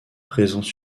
présence